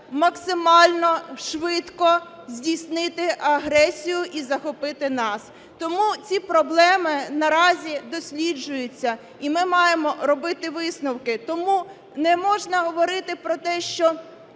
максимально швидко здійснити агресію і захопити нас. Тому ці проблеми наразі досліджуються, і ми маємо робити висновки. Тому не можна говорити про те, що